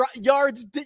yards